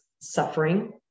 Suffering